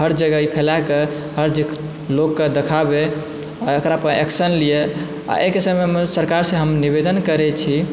हर जगह ई फैलाके हर जगह लोकके देखाबय आ एकरा पर एक्शन लिअ आइके समयमे सरकारसँ हम निवेदन करैत छी